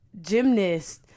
gymnast